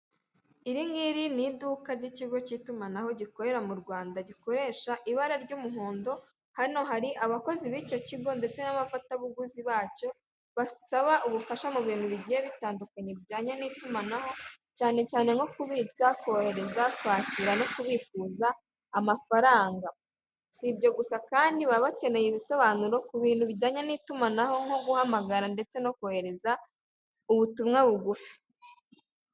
Iri ngiri ni iduka ry'ikigo cy'itumanaho gikorera mu Rwanda gikoresha ibara ry'umuhondo, hano hari abakozi b'icyo kigo ndetse n'abafatabuguzi bacyo basaba ubufasha mu bintu bigiye bitandukanye bijyanye n'itumanaho cyane cyane nko kubitsa korohereza kwakira no kubikuza amafaranga, sibyo gusa kandi baba bakeneye ibisobanuro ku bintu bijyanye n'itumanaho nko guhamagara ndetse no kohereza ubutumwa bugufi.